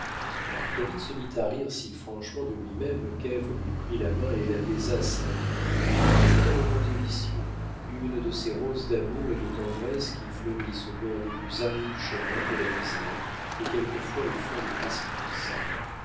david se mit à rire si franchement de lui-même qu'ève lui prit la main et la baisa saintement ce fut un moment délicieux une de ces roses d'amour et de tendresse qui fleurissent au bord des plus arides chemins de la misère et quelquefois au fond des précipices